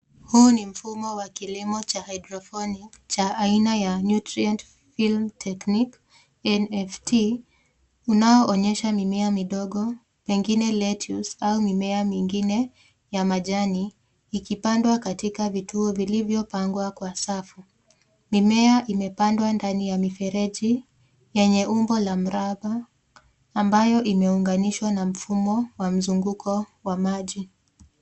Huu ni mfumo wa kilimo cha hydroponic cha aina ya nutrient film technique NFT , unaoonyesha mimea midogo, pengine lettuce au mimea mingine ya majani, ikipandwa katika vituo vilivyopangwa kwa safu. Mimea imepandwa ndani ya mifereji yenye umbo la mraba, ambayo imeunganishwa na mfumo wa mzunguko wa maji.